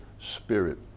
Spirit